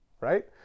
right